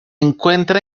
encuentra